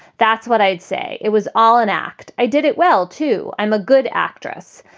that's what i'd say. it was all an act. i did it well, too. i'm a good actress.